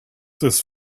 this